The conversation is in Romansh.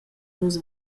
nus